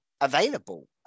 available